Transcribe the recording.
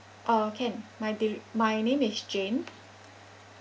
uh can my deli~ my name is jane